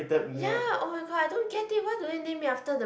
ya oh-my-god I don't get it why do they name it after the